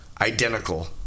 identical